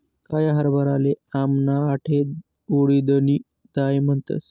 काया हरभराले आमना आठे उडीदनी दाय म्हणतस